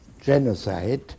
genocide